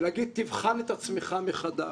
ולהגיד תבחן את עצמך מחדש.